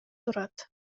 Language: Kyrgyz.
турат